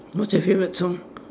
what's your favourite song